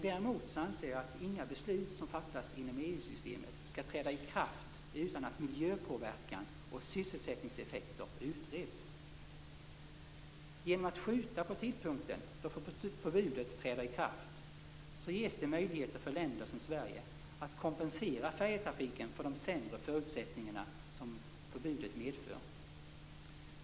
Däremot anser jag att inga beslut som fattas inom EU-systemet skall träda i kraft utan att miljöpåverkan och sysselsättningseffekter utreds. Genom att skjuta på tidpunkten då förbudet träder i kraft ger man möjlighet för länder som Sverige att kompensera färjetrafiken för de sämre förutsättningar som förbudet medför.